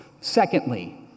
Secondly